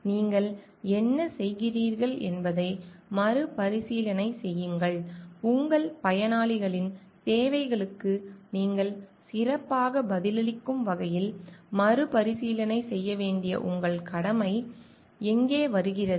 நீங்கள் என்ன செய்கிறீர்கள் என்பதை மறுபரிசீலனை செய்யுங்கள் உங்கள் பயனாளிகளின் தேவைகளுக்கு நீங்கள் சிறப்பாக பதிலளிக்கும் வகையில் மறுபரிசீலனை செய்ய வேண்டிய உங்கள் கடமை எங்கே வருகிறது